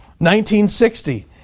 1960